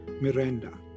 Miranda